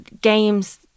games